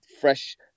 fresh